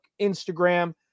Instagram